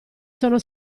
sono